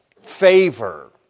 favor